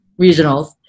regionals